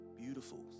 Beautiful